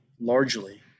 largely